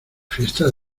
fiesta